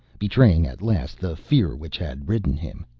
betraying at last the fear which had ridden him.